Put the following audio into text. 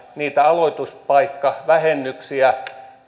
niitä aloituspaikkavähennyksiä